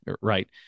right